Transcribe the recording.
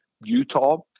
utah